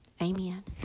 Amen